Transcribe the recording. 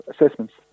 assessments